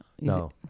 No